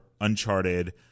Uncharted